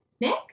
Nick